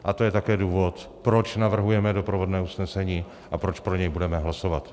A to je také důvod, proč navrhujeme doprovodné usnesení a proč pro něj budeme hlasovat.